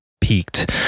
peaked